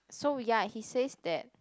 so ya he says that